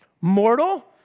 mortal